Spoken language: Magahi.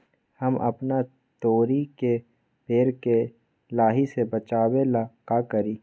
हम अपना तोरी के पेड़ के लाही से बचाव ला का करी?